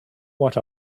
what